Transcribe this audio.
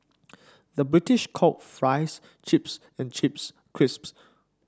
the British calls fries chips and chips crisps